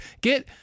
Get